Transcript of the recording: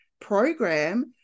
program